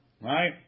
Right